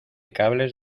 cables